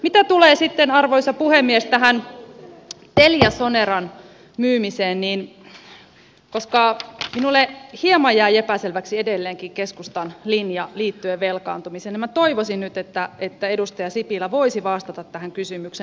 mitä tulee sitten arvoisa puhemies tähän teliasoneran myymiseen niin koska minulle hieman jäi epäselväksi edelleenkin keskustan linja liittyen velkaantumiseen minä toivoisin nyt että edustaja sipilä voisi vastata tähän kysymykseen